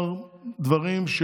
הם נשענים, ועל מי אתה.